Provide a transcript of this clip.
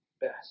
best